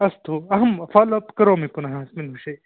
अस्तु अहं follow up करोमि पुनः अस्मिन् विषये